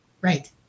right